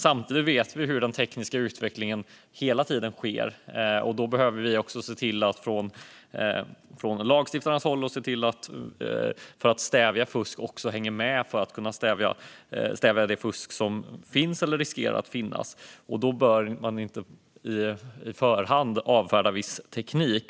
Samtidigt vet vi att det hela tiden sker en teknisk utveckling, och då gäller det att lagstiftningen hänger med för att kunna stävja det fusk som finns eller riskerar att finnas. Därför bör man inte på förhand avfärda viss teknik.